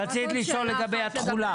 רצית לשאול לגבי התחולה?